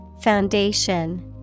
Foundation